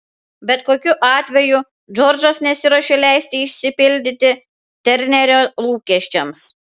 bet kokiu atveju džordžas nesiruošė leisti išsipildyti ternerio lūkesčiams